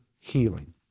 healing